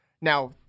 Now